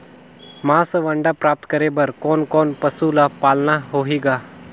मांस अउ अंडा प्राप्त करे बर कोन कोन पशु ल पालना होही ग?